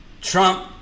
Trump